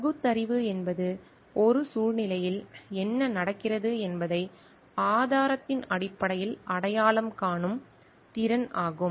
பகுத்தறிவு என்பது ஒரு சூழ்நிலையில் என்ன நடக்கிறது என்பதை ஆதாரத்தின் அடிப்படையில் அடையாளம் காணும் திறன் ஆகும்